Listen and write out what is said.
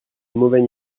mauvais